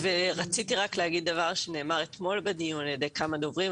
ורציתי רק להגיד דבר שנאמר אתמול בדיון על ידי כמה דוברים,